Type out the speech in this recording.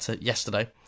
yesterday